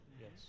Yes